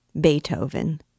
Beethoven